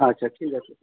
আচ্ছা ঠিক আছে